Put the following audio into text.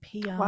PR